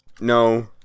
No